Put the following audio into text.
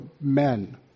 men